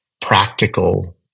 practical